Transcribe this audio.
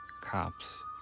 cops